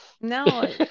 No